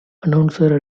announcer